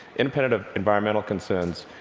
independent of environmental concerns.